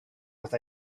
with